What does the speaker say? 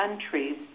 countries